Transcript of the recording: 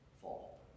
fall